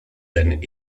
than